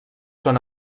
són